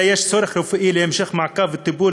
אלא יש צורך בהמשך מעקב רפואי וטיפול